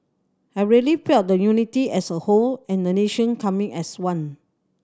I really felt the unity as a whole and the nation coming as one